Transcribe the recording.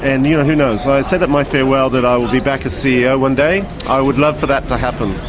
and ah who knows? i said at my farewell that i would be back as ceo one day. i would love for that to happen.